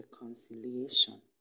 reconciliation